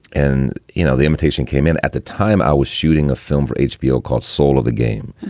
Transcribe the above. and, you know, the invitation came in at the time i was shooting a film for hbo called soul of the game,